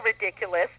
ridiculous